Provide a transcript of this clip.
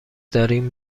داریم